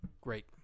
Great